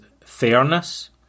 fairness